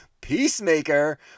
Peacemaker